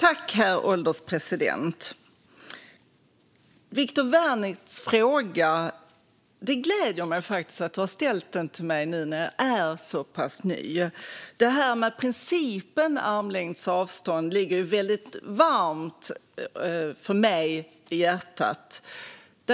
Herr ålderspresident! Det gläder mig att Viktor Wärnick har ställt frågan till mig nu när jag är så pass ny. Principen om armlängds avstånd ligger mig väldigt varmt om hjärtat.